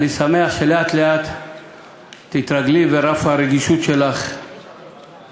אני שמח שלאט לאט תתרגלי, ורף הרגישות שלך יקהה.